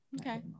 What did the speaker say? okay